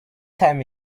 time